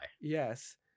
Yes